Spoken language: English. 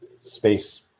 Space